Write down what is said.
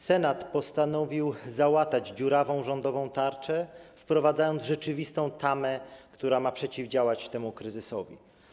Senat postanowił załatać dziurawą rządową tarczę, wprowadzając rzeczywistą tamę, która ma przeciwdziałać kryzysowi.